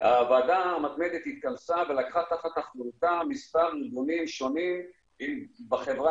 הוועדה המתמדת התכנסה ולקחה תחת אחריותה מספר ארגונים שונים בחברה